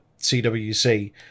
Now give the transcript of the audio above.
CWC